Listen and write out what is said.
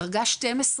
דרגה 12,